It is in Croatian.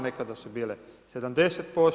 Nekada su bile 70%